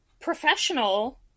professional